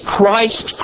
Christ